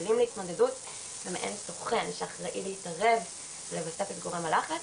כלים להתמודדות ומישהו שאחראי להתערב ולווסת את גורם הלחץ.